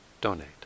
donate